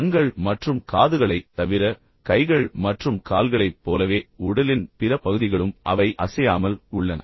கண்கள் மற்றும் காதுகளைத் தவிர கைகள் மற்றும் கால்களைப் போலவே உடலின் பிற பகுதிகளும் அவை அசையாமல் உள்ளன